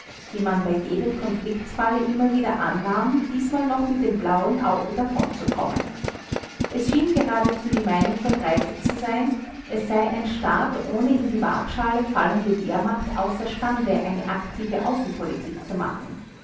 wie man bei jedem konfliktsfalle immer wieder annahm diesmal noch mit dem blauen auge davonzukommen es schien geradezu die meinung verbreitet zu sein es sei ein staat ohne in die wagschale fallende wehrmacht außerstande eine aktive außenpolitik zu machen